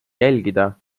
jälgida